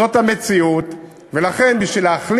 אני מוחה על